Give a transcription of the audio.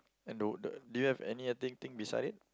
and the w~ do you have any other th~ thing beside it